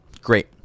Great